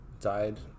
died